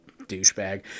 douchebag